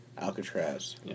Alcatraz